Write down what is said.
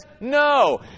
No